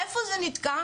איפה זה נתקע?